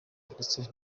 ndetse